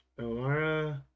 Elara